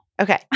Okay